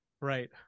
right